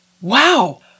wow